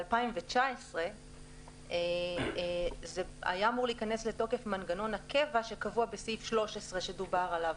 ב-2019 היה אמור להיכנס לתוקף מנגנון הקבע שקבוע בסעיף 13 שדובר עליו.